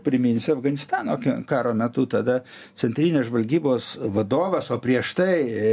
priminsiu afganistano karo metu tada centrinės žvalgybos vadovas o prieš tai